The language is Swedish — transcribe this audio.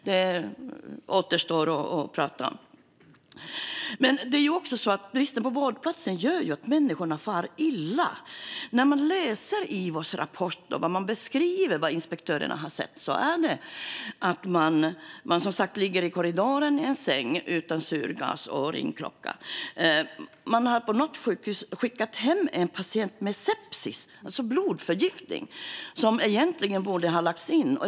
Det återstår att prata om. Bristen på vårdplatser gör att människorna far illa. I Ivos rapport, som beskriver vad inspektörerna har sett, kan man läsa att patienter ligger i korridoren i en säng utan syrgas och ringklocka. På något sjukhus har man skickat hem en patient med sepsis, alltså blodförgiftning, som egentligen borde ha lagts in.